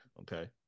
Okay